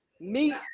Meet